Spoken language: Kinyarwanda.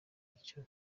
icyo